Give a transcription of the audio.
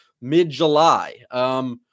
mid-July